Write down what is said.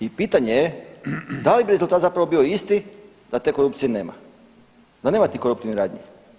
I pitanje je da li bi rezultat zapravo bio isti da te korupcije nema, da nema tih koruptivnih radnji?